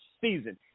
season